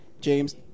James